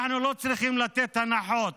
אנחנו לא צריכים לתת הנחות